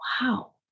Wow